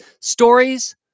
Stories